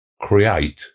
create